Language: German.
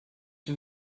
den